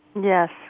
Yes